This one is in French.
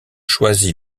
choisi